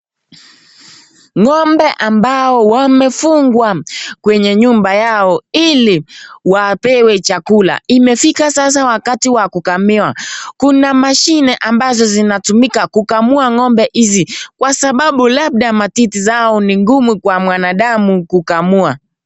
NG'ombe ambao wamefungwa kwenye nyumba yao ili wapewe chakula. Imefika sasa wakati wa kukamiwa. Kuna mashine ambazo zinatumika kukamua ng'obe hizi kwa sababu labda matiti zao ni ngumu kwa mwanadamu kukamua.